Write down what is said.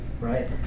right